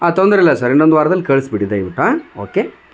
ಹಾ ತೊಂದ್ರೆ ಇಲ್ಲ ಸರ್ ಇನ್ನೊಂದು ವಾರದಲ್ಲಿ ಕಳಿಸ್ಬಿಡಿ ದಯ್ವಿಟ್ಟು ಓ ಕೆ